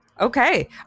Okay